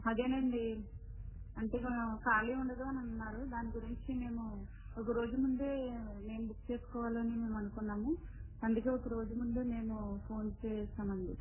అదేనండి అంటే ఖాళీ ఉండదు అని అన్నారు దాని గురించి మేము ఒకరోజు ముందే మేము బుక్ చేసుకోవాలని మేము అనుకున్నాము అందుకే ఒకరోజు ముందే మేము ఫోన్ చేశామండి